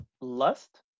Lust